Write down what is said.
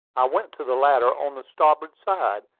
i went to the ladder on the starboard side,